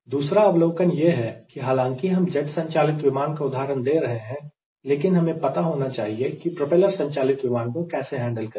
दूसरा अवलोकन यह है की हालांकि हम जेट इंजन संचालित विमान का उदाहरण दे रहे हैं लेकिन हमें पता होना चाहिए कि प्रोपेलर संचालित विमान को कैसे हैंडल करें